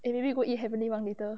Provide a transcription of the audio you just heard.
eh maybe we go eat heavenly wang later